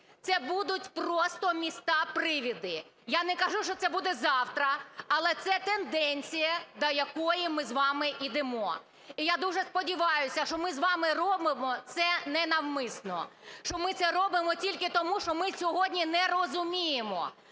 Це будуть просто міста-привиди. Я не кажу, що це буде завтра, але це тенденція, до якої ми з вами ідемо. І я дуже сподіваюся, що ми з вами робимо це не навмисно, що ми це робимо тільки тому, що ми сьогодні не розуміємо.